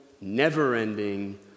never-ending